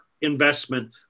investment